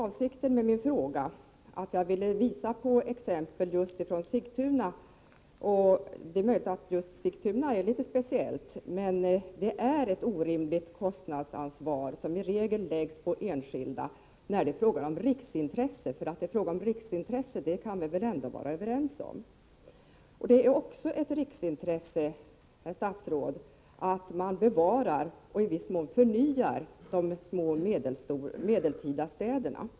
Avsikten med min fråga var just att med exempel från Sigtuna, även om förhållandena där möjligen är litet speciella, visa att det är ett orimligt kostnadsansvar som i regel läggs på enskilda, trots att det är fråga om ett riksintresse — och att det är ett riksintresse kan vi väl ändå vara överens om. Det är ett riksintresse, herr statsråd, att man bevarar och i viss mån förnyar de små, medeltida städerna.